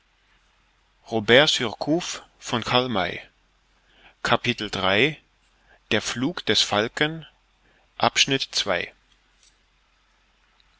der flug des falken